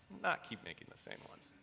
not keep making the same ones.